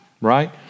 Right